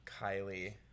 Kylie